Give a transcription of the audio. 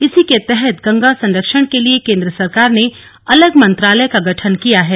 इसी के तहत गंगा सरंक्षण के लिए केंद्र सरकार ने अलग मंत्रालय का गठन किया है